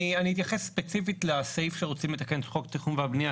אני אתייחס ספציפית לסעיף שרוצים לתקן את התכנון והבנייה,